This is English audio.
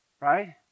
Right